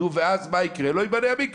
ואז מה יקרה, לא ייבנה המקווה.